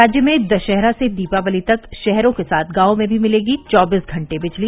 राज्य में दशहरा से दीपावली तक शहरों के साथ गांवों में भी मिलेगी चौबीस घंटे बिजली